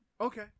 Okay